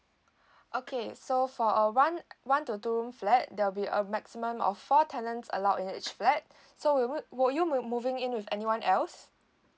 okay so for a one one to two room flat there'll be a maximum of four tenants allowed in each flat so would would you moving in with anyone else